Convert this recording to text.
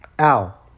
Ow